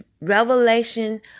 revelation